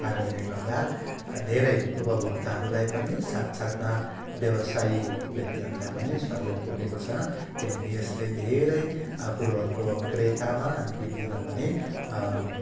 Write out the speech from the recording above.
कारणले गर्दा धेरै उपभोक्ताहरूलाई पनि साथ साथमा व्यावसायिक व्यक्तिहरूलाई पनि सहयोग पुगेको छ किनकि यसले धेरै कुरोहरूको क्रेतामा अनि बिक्री पनि